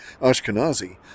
Ashkenazi